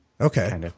Okay